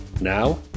Now